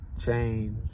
change